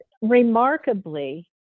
Remarkably